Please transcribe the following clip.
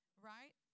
right